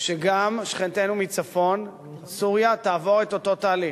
שגם שכנתנו מצפון, סוריה, תעבור את אותו תהליך.